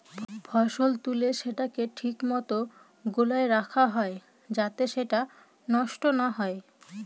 ফসল তুলে সেটাকে ঠিক মতো গোলায় রাখা হয় যাতে সেটা নষ্ট না হয়